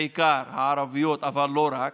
בעיקר הערביות אבל לא רק,